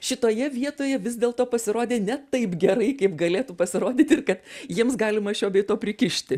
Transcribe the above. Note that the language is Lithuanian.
šitoje vietoje vis dėlto pasirodė ne taip gerai kaip galėtų pasirodyti ir kad jiems galima šio bei to prikišti